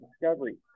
discovery